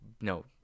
no –